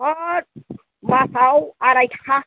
होथ मास आव आराय थाखा